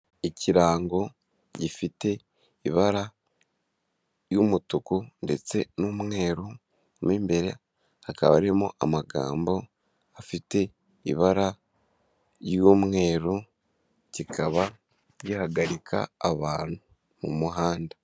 Ikirango gifite ibara ry'umutuku ndetse n'umweru, mo imbere hakaba harimo amagambo afite ibara ry'umweru, kikaba gihagarika abantu mu muhanda.